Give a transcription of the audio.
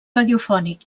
radiofònic